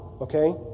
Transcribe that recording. okay